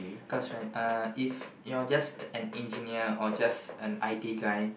cause right uh if you are just an engineer or just an I_T guy